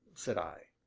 said i.